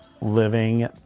living